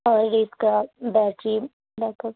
اور یہ اِس کا بیٹری بیک اپ